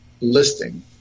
listing